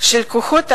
של "כוחות השוק",